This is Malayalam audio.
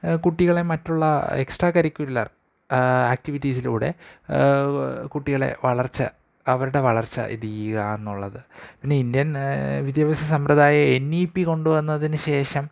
കുട്ടികളെ മറ്റുള്ള എക്ട്രാ കരിക്കുലർ ആക്ടിവിറ്റീസിലൂടെ കുട്ടികളെ വളർച്ച അവരുടെ വളർച്ച ഇതുചെയ്യുക എന്നുള്ളത് പിന്നെ ഇന്ത്യൻ വിദ്യാഭ്യസ സമ്പ്രദായം എൻ ഇ പി കൊണ്ടുവന്നതിനുശേഷം